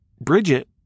Bridget